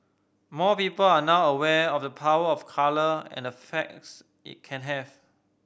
more people are now aware of the power of colour and effects it can have